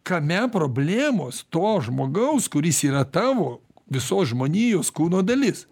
kame problemos to žmogaus kuris yra tavo visos žmonijos kūno dalis